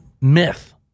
myth